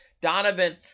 Donovan